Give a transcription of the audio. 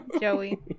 Joey